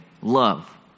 love